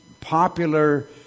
popular